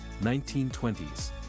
1920s